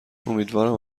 امیدوارم